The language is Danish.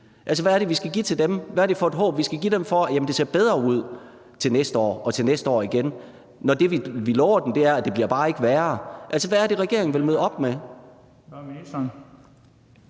Hvad er det, vi skal give dem, for at de kan have et håb om, at det kommer til at se bedre ud til næste år og til næste år igen, når det, vi lover dem, er, at det bare ikke bliver værre? Hvad er det, regeringen vil møde op med?